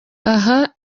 aha